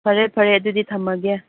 ꯐꯔꯦ ꯐꯔꯦ ꯑꯗꯨꯗꯤ ꯊꯝꯂꯒꯦ